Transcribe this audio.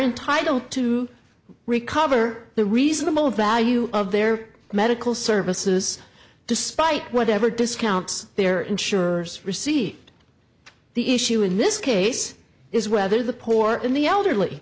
entitled to recover the reasonable value of their medical services despite whatever discounts their insurers received the issue in this case is whether the poor and the elderly